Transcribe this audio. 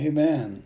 Amen